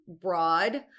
broad